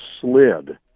slid